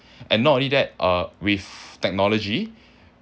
and not only that uh with technology